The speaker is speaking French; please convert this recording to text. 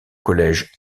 collège